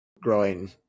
growing